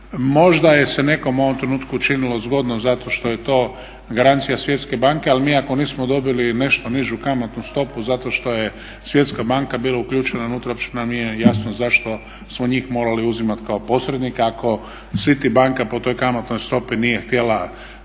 Možda se nekom u ovom trenutku učinilo zgodno zato što je to garancija Svjetske banke, ali mi ako nismo dobili nešto nižu kamatnu stopu zato što je Svjetska banka bila uključena unutra uopće nam nije jasno zašto smo njih morali uzimati kao posrednika ako Citibanka po toj kamatnoj stopi nije htjela